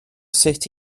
sut